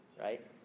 right